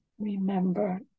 remember